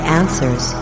answers